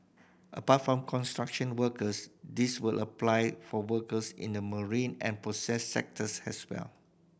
apart from construction workers this will apply for workers in the marine and process sectors as well